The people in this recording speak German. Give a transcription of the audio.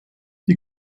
die